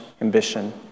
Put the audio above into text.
ambition